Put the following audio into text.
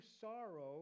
sorrow